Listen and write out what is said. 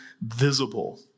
visible